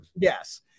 yes